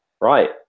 right